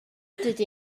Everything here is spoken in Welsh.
dydy